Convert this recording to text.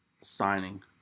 signing